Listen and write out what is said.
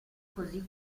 così